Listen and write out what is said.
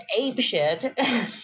apeshit